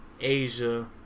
Asia –